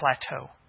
plateau